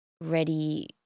ready